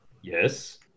Yes